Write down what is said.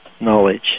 Knowledge